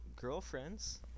girlfriends